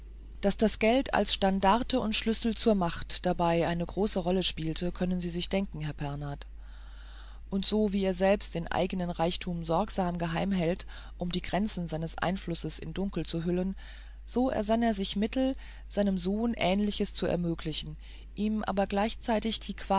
daß das geld als standarte und schlüssel zur macht dabei eine erste rolle spielte können sie sich denken herr pernath und so wie er selbst den eigenen reichtum sorgsam geheim hält um die grenzen seines einflusses in dunkel zu hüllen so ersann er sich ein mittel seinem sohn ähnliches zu ermöglichen ihm aber gleichzeitig